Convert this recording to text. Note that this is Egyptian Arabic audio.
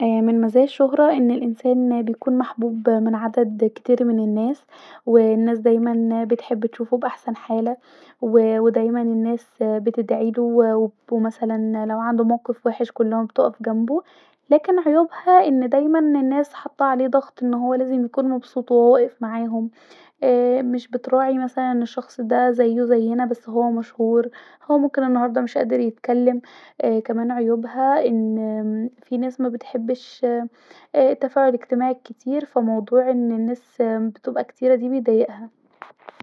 من مزايا الشهره ااا أن الإنسان يكون محبوب من عدد كبير من الناس و الناس دايما بتحب تشوفه في احسن حاله والناس بتدعيله ومثلا لو عنده موقف وحش كلها بتقف جمبه لاكن عيوبها أن دايما الناس حاطه عليه ضغط أن هو دايما يكون مبسوط وهو واقف معاهم ااا مش بتراعي مثلا أن الشخص ده زيه زينا بس هو مشهور هو ممكن انهارده مش قادر يتكلم ااا كمان عيوبها في ناس مابتحبش التفاعل الاجتماعي الكبير ف موضوع أن الناس بتبقي كتيره كدا بيدايقها